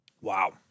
Wow